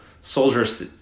Soldier's